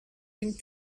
une